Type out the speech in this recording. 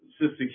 Sister